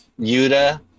Yuta